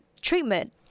Treatment